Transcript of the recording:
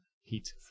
heat